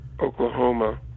Oklahoma